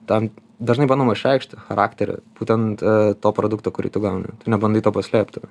tam dažnai bandoma išreikšti charakterį būtent to produkto kurį tu gauni nebandai to paslėpti